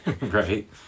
Right